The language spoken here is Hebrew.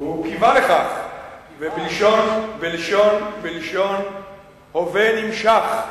הוא קיווה לכך, בלשון הווה נמשך.